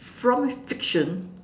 from friction